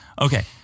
Okay